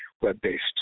web-based